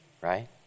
right